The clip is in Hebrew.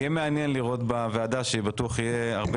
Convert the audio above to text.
יהיה מעניין לראות בוועדה אשר בטוח יהיו בה הרבה